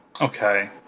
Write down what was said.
Okay